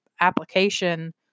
application